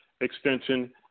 extension